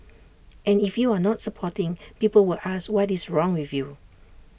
and if you are not supporting people will ask what is wrong with you